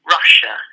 Russia